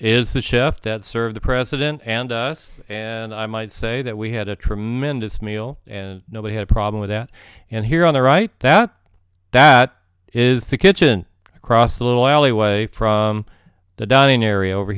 is the chef that serve the president and us and i might say that we had a tremendous meal and nobody had a problem with that and here on the right that that is the kitchen across a little alleyway from the dining area over